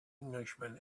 englishman